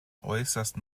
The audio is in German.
äußerst